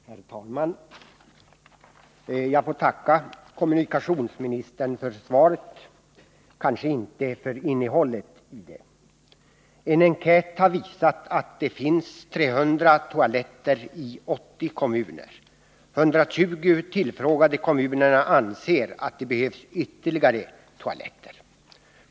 Herr talman! Jag får tacka kommunikationsministern för svaret, men kanske inte för innehållet i det. En enkät bland landets kommuner har visat att det vid rastplatser finns 300 toaletter i 80 kommuner. 120 av de tillfrågade kommunerna anser att flera toaletter behövs.